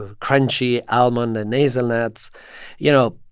ah crunchy almond and hazelnuts you know,